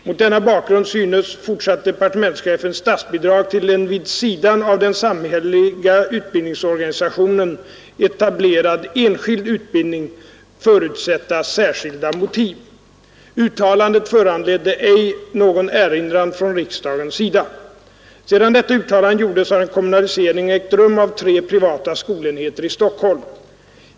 Mot denna bakgrund synes, fortsatte departementschefen, statsbidrag till en vid sidan av den samhälleliga utbildningsorganisationen etablerad enskild utbildning förutsätta särskilda motiv. Sedan detta uttalande gjordes har en kommunalisering ägt rum av tre privata skolenheter i Stockholm.